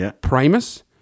Primus